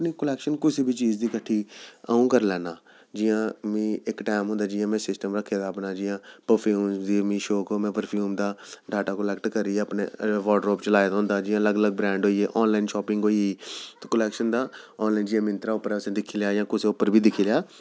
हून कलेक्शन कुसै बी चीज़ दी कट्ठी अ'ऊं करी लैन्ना जि'यां में इक टैम होंदा जि'यां में सिस्टम रक्खे दा अपना जि'यां परफ्यूम दा मिगी शौक ऐ में परफ्यूम दा डाटा कलेक्ट करियै अपने वार्डरोब च लाए दा होंदा जि'यां अलग अलग ब्रैन्ड होइये ऑनलाइन शॉपिंग होई ते कलेक्शन दा जि'यां मिंत्रा पर असें दिक्खी लेआ जां कुसै होर उप्पर बी दिक्खी लेआ